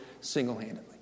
single-handedly